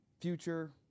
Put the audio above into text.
future